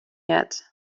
jääd